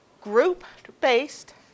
group-based